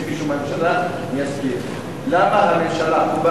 שמישהו מהממשלה יסביר למה הממשלה,